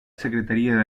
secretaría